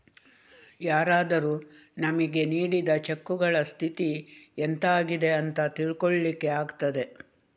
ಯಾರಾದರೂ ನಮಿಗೆ ನೀಡಿದ ಚೆಕ್ಕುಗಳ ಸ್ಥಿತಿ ಎಂತ ಆಗಿದೆ ಅಂತ ತಿಳ್ಕೊಳ್ಳಿಕ್ಕೆ ಆಗ್ತದೆ